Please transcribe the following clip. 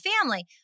family